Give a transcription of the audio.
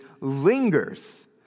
lingers